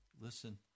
Listen